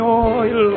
oil